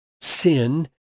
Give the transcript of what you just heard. sin